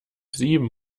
sieben